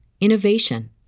innovation